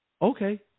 okay